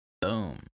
Boom